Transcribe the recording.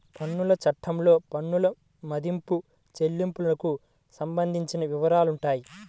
పన్నుల చట్టాల్లో పన్నుల మదింపు, చెల్లింపులకు సంబంధించిన వివరాలుంటాయి